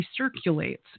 recirculates